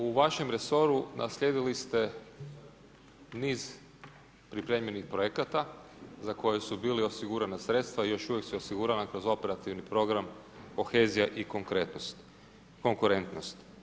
U važem resoru naslijedili ste niz pripremljenih projekata, za koju su bili osigurana sredstva i još uvijek su osigurana kroz operativni program kohezija i konkurentnosti.